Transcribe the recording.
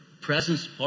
presence